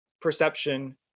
perception